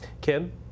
Kim